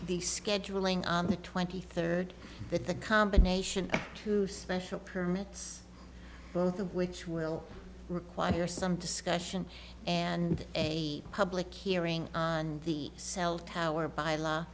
the scheduling on the twenty third that the combination of two special permits both of which will require some discussion and a public hearing on the cell tower by law